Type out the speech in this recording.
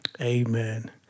Amen